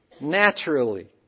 naturally